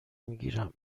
میگیرم